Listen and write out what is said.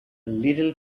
little